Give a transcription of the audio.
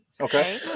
Okay